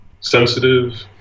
Sensitive